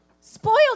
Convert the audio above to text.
Spoiled